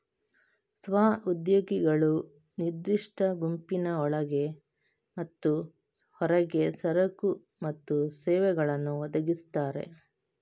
ಸ್ವ ಉದ್ಯೋಗಿಗಳು ನಿರ್ದಿಷ್ಟ ಗುಂಪಿನ ಒಳಗೆ ಮತ್ತು ಹೊರಗೆ ಸರಕು ಮತ್ತು ಸೇವೆಗಳನ್ನು ಒದಗಿಸ್ತಾರೆ